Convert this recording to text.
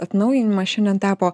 atnaujinimas šiandien tapo